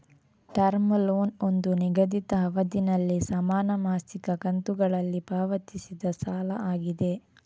term loan ಒಂದು ನಿಗದಿತ ಅವಧಿನಲ್ಲಿ ಸಮಾನ ಮಾಸಿಕ ಕಂತುಗಳಲ್ಲಿ ಪಾವತಿಸಿದ ಸಾಲ ಆಗಿದೆ